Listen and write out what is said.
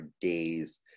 days